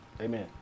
amen